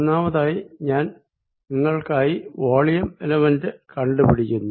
മൂന്നാമതായി ഞാൻ നിങ്ങൾക്കായി വോളിയം എലമെന്റ് കണ്ടുപിടിക്കുന്നു